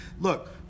Look